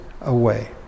away